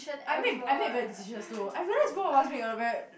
I made I made bad decisions too I realized both of us make a lot of bad